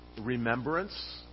remembrance